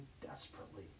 desperately